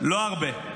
לא הרבה.